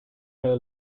her